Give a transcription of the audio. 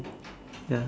ya